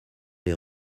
les